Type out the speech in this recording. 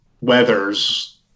weathers